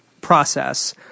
process